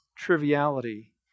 triviality